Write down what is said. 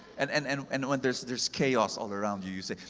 and and and and when there's there's chaos all around, you you say,